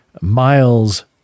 miles